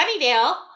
Sunnydale